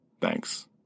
Thanks